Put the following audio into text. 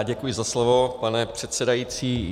Děkuji za slovo, pane předsedající.